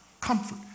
Comfort